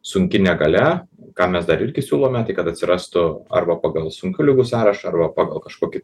sunki negalia ką mes dar irgi siūlome tai kad atsirastų arba pagal sunkių ligų sąrašą arba pagal kažkokį